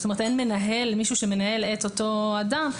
זאת אומרת אין מישהו שמנהל את אותו אדם,